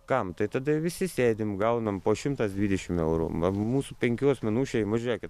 kam tai tada visi sėdim gaunam po šimtą dvidešim eurų man mūsų penkių asmenų šeimi žiūrėkit